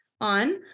on